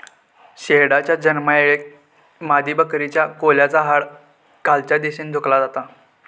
शेरडाच्या जन्मायेळेक मादीबकरीच्या कुल्याचा हाड खालच्या दिशेन झुकला जाता